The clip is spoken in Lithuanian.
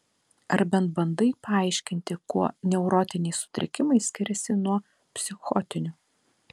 ar bent bandai paaiškinti kuo neurotiniai sutrikimai skiriasi nuo psichotinių